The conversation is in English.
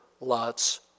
Lot's